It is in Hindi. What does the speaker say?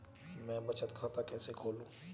मैं बचत खाता कैसे खोलूं?